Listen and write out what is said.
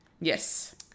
Yes